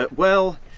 well,